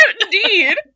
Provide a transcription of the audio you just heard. indeed